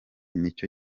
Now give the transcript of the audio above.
n’icyo